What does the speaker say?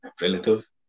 relative